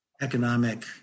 Economic